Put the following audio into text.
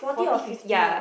forty fifty ya